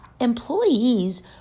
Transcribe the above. Employees